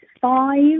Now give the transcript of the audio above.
five